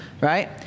right